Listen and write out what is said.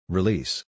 Release